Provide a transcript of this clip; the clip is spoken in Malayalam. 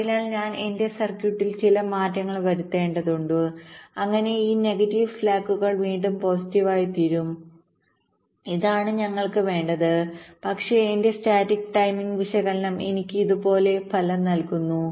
അതിനാൽ ഞാൻ എന്റെ സർക്യൂട്ടിൽ ചില മാറ്റങ്ങൾ വരുത്തേണ്ടതുണ്ട് അങ്ങനെ ഈ നെഗറ്റീവ് സ്ലാക്കുകൾവീണ്ടും പോസിറ്റീവായിത്തീരും ഇതാണ് ഞങ്ങൾക്ക് വേണ്ടത് പക്ഷേ എന്റെ സ്റ്റാറ്റിക് ടൈമിംഗ് വിശകലനം എനിക്ക് ഇതുപോലൊരു ഫലം നൽകുന്നു